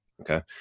Okay